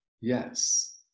yes